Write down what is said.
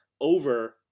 over